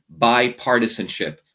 bipartisanship